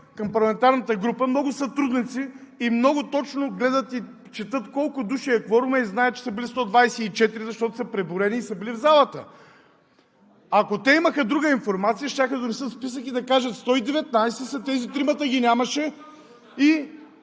към парламентарната група много сътрудници и много точно гледат и четат колко души е кворумът, и знаят, че са били 124, защото са преброени и са били в залата. Ако те имаха друга информация, щяха да донесат списък и да кажат: 119 са, а тези тримата ги нямаше, и